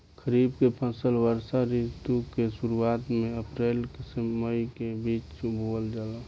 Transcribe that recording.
खरीफ के फसल वर्षा ऋतु के शुरुआत में अप्रैल से मई के बीच बोअल जाला